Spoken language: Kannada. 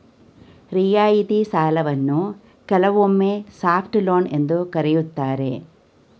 ರಿಯಾಯಿತಿ ಸಾಲವನ್ನ ಕೆಲವೊಮ್ಮೆ ಸಾಫ್ಟ್ ಲೋನ್ ಎಂದು ಕರೆಯುತ್ತಾರೆ